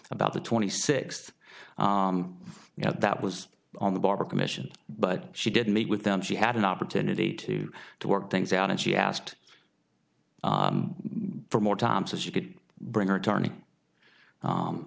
about the twenty six that that was on the border commission but she didn't meet with them she had an opportunity to to work things out and she asked for more time says you could bring her attorney